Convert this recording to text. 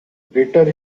later